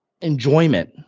enjoyment